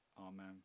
Amen